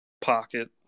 pocket